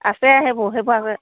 আছে সেইবোৰ সেইবোৰ আগতে